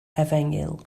efengyl